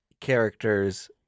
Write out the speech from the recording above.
characters